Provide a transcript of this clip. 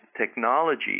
technology